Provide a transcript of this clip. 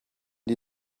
die